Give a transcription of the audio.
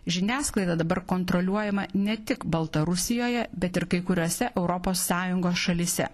žiniasklaida dabar kontroliuojama ne tik baltarusijoje bet ir kai kuriose europos sąjungos šalyse